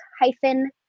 hyphen